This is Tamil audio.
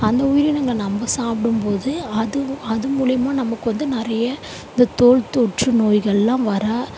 அந்த உயிரினங்கள் நம்ம சாப்பிடும்போது அது அது மூலயமா நமக்கு வந்து நிறைய இந்த தோல் தொற்று நோய்கள்லாம் வரா